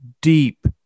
deep